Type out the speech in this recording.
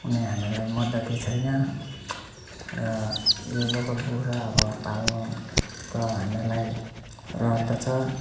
यहाँ हामीहरूलाई मद्दती छैन र यो लोकल कुखुराहरू पाल्ने पुरा हामीहरूलाई रहर त छ